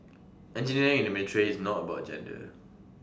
engineering in the military is not about gender